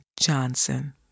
Johnson